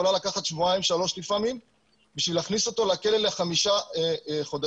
יכולה לקחת שבועיים שלוש לפעמים בשביל להכניס אותו לכלא לחמישה חודשים.